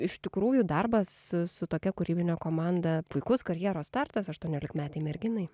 iš tikrųjų darbas su tokia kūrybine komanda puikus karjeros startas aštuoniolikmetei merginai